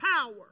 power